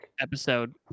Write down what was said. episode